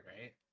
right